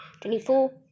Twenty-four